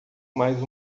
mais